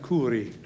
Curi